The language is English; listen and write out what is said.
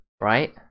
right